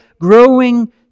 growing